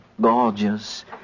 gorgeous